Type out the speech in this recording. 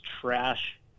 trash